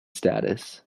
status